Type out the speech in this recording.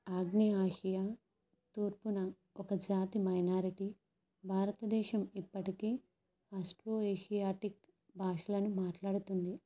ఆగ్నేయ ఆసియా తూర్పున ఒక జాతి మైనారిటీ భారతదేశం ఇప్పటికీ అస్మో ఆసియాటిక్ భాషలను మాట్లాడుతుంది